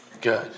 Good